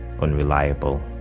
unreliable